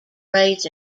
raised